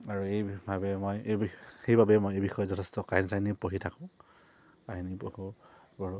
আৰু এই ভাৱে মই এই বি সেইবাবে মই এই বিষয়ে যথেষ্ট কাহিনী চাহিনী পঢ়ি থাকোঁ কাহিনী পঢ়ো কৰোঁ